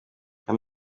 aya